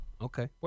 Okay